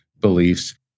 beliefs